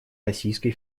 российской